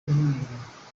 nk’umunyarwanda